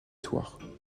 thouars